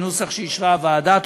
בנוסח שאישרה הוועדה.